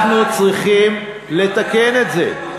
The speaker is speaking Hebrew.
אנחנו צריכים לתקן את זה.